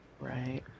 Right